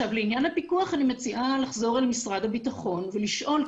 לעניין הפיקוח אני מציעה לחזור אל משרד הביטחון ולשאול,